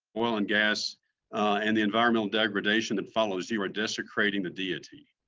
oil and gas and the environmental degradation that follows, you are desecrating the deity.